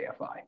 AFI